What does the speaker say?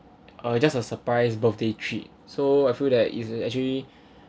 uh just a surprise birthday treat so I feel that is actually